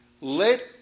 Let